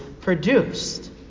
produced